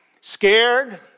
scared